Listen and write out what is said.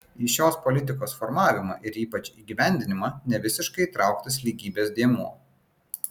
į šios politikos formavimą ir ypač įgyvendinimą nevisiškai įtrauktas lygybės dėmuo